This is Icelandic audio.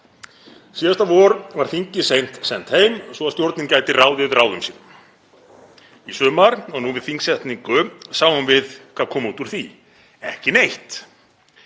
Síðasta vor var þingið sent heim svo að stjórnin gæti ráðið ráðum sínum í sumar og nú við þingsetningu sáum við hvað kom út úr því. Ekki neitt.